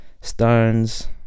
Stones